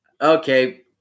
Okay